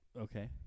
Okay